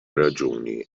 raġuni